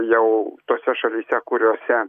jau tose šalyse kuriose